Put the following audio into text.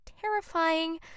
terrifying